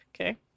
okay